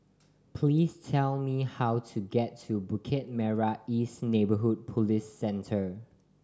please tell me how to get to Bukit Merah East Neighbourhood Police Centre